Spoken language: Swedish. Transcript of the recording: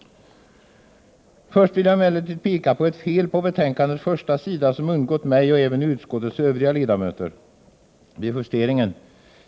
Först vill jag emellertid peka på ett fel på betänkandets första sida som undgått mig och även utskottets övriga ledamöter vid justeringen.